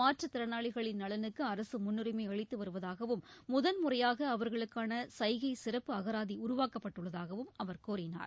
மாற்றுத்திறனாளிகளின் நலனுக்கு அரசு முன்னுரிமை அளித்து வருவதாகவும் முதல்முறையாக அவர்களுக்கான சைகை சிறப்பு அகராதி உருவாக்கப்பட்டுள்ளதாகவும் அவர் கூறினார்